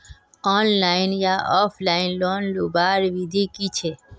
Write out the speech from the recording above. Online या offline loan लुबार विधि की छे?